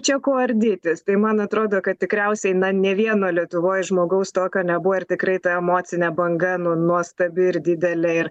čia ko ardytis tai man atrodo kad tikriausiai na nė vieno lietuvoj žmogaus tokio nebuvo ir tikrai ta emocinė banga nu nuostabi ir didelė ir